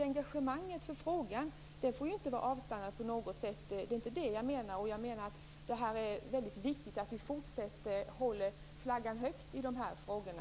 Engagemanget för frågan får inte avstanna på något sätt - det är inte det jag menar. Det är viktigt att vi fortsätter att hålla flaggan högt i de här frågorna.